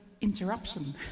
interruption